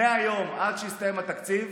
מהיום עד שיסתיים התקציב,